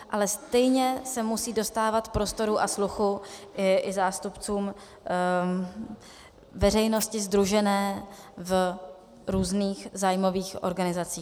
Ale stejně se musí dostávat prostoru a sluchu i zástupcům veřejnosti sdružené v různých zájmových organizacích.